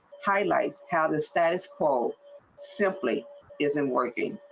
highlights how the status quo simply isn't working.